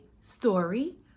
story